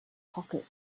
pocket